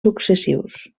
successius